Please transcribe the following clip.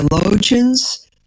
Theologians